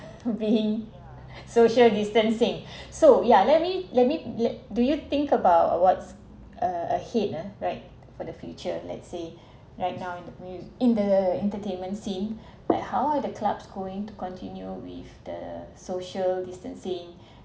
being social distancing so yeah let me let me let do you think about what's uh ahead ah right for the future let's say right now in the mus~ in the entertainment scene like how are the club's going to continue with the social distancing